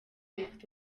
rifite